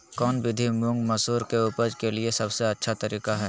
कौन विधि मुंग, मसूर के उपज के लिए सबसे अच्छा तरीका है?